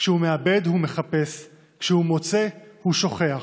/ כשהוא מאבד הוא מחפש / כשהוא מוצא הוא שוכח,